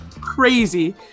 crazy